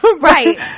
right